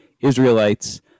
Israelites